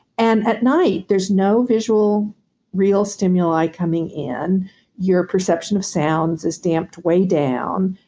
and at night, there's no visual real stimuli coming in your perception of sounds is damped way down.